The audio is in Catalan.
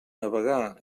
navegar